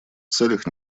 целях